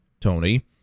Tony